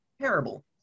terrible